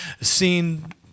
seen